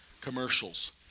commercials